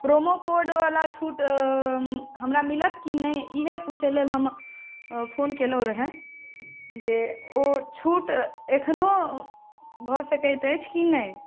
promo कोडबला छूट हमरा मिलत की नहि इएहे पूछय लेल हम फोन केलहुॅं रहय जे ओ छूट एखनो भऽ सकैत अछि कि नहि